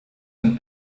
and